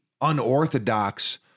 unorthodox